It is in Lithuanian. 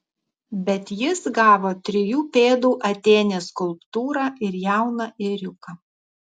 bet jis gavo trijų pėdų atėnės skulptūrą ir jauną ėriuką